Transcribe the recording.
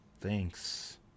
thanks